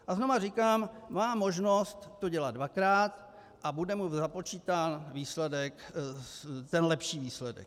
A znova říkám, má možnost to dělat dvakrát a bude mu započítán ten lepší výsledek.